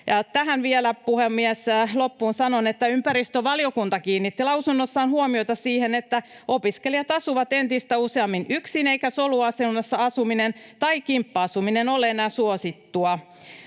Tähän vielä, puhemies, loppuun sanon, että ympäristövaliokunta kiinnitti lausunnossaan huomiota siihen, että opiskelijat asuvat entistä useammin yksin, eikä soluasunnossa asuminen tai kimppa-asuminen ole enää suosittua.